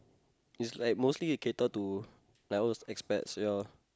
is like mostly they cater to all those expats ya